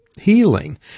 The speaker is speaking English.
healing